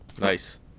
Nice